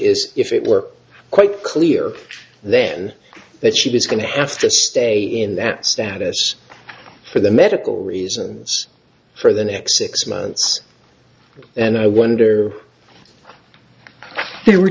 is if it were quite clear then that she was going to have to stay in that status for the medical reasons for the next six months and i wonder there were